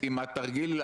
חקיקת חוקי-יסוד,